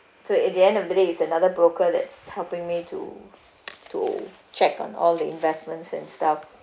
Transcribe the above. so at the end of the day it's another broker that's helping me to to check on all the investments and stuff